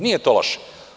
Nije to loše.